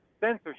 Censorship